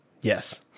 yes